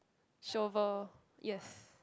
shovel yes